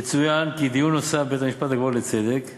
יצוין כי בדיון נוסף בבית-המשפט הגבוה לצדק בנושא,